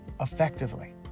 effectively